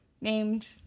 named